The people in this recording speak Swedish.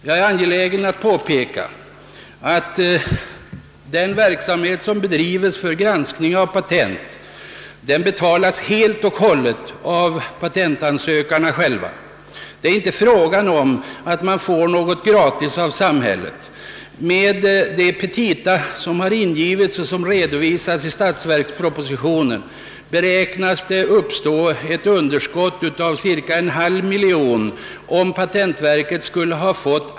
Jag är angelägen att påpeka att den verksamhet som bedrives för granskning av patent helt och hållet betalas av patentansökarna själva. Det är inte fråga om att man får något gratis av samhället. Om patentverket skulle ha erhållit allt vad verket begärt enligt de petita som avgivits och som redovisas i statsverkspropositionen, beräknas ett underskott på cirka en halv miljon kronor uppstå.